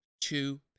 two